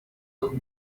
aho